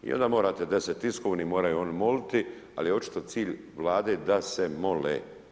I onda morate 10 tiskovnih, moraju oni moliti, ali očito cilj Vlade da se moli.